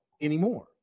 anymore